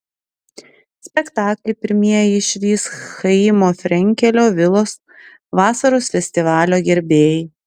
spektaklį pirmieji išvys chaimo frenkelio vilos vasaros festivalio gerbėjai